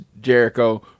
Jericho